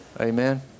Amen